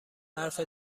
حرف